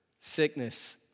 sickness